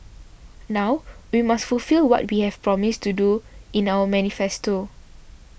now we must fulfil what we have promised to do in our manifesto